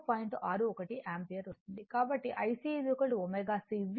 కాబట్టి IC ω C V